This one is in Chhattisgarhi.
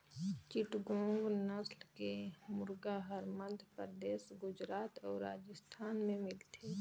चिटगोंग नसल के मुरगा हर मध्यपरदेस, गुजरात अउ राजिस्थान में मिलथे